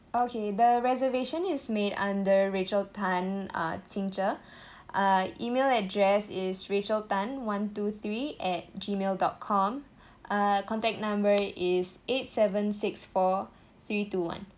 okay the reservation is made under rachel tan uh qingzhe uh email address is rachel tan one two three at gmail dot com uh contact number is eight seven six four three two one